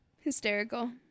hysterical